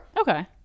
okay